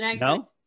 No